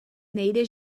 nejde